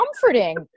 comforting